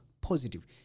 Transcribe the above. positive